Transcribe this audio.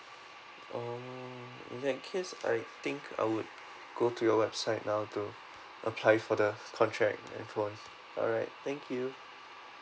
oh in that case I think I would go to your website now to apply for the contract and phone alright thank you